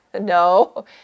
No